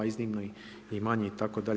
Iznimno i manje itd.